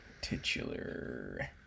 titular